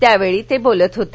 त्यावेळी ते बोलत होते